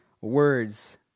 words